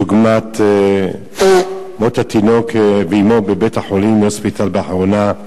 דוגמת מות התינוק ואמו בבית-החולים "יוספטל" באחרונה,